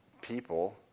people